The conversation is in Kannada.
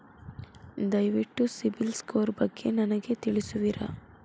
ದಯವಿಟ್ಟು ಸಿಬಿಲ್ ಸ್ಕೋರ್ ಬಗ್ಗೆ ನನಗೆ ತಿಳಿಸುವಿರಾ?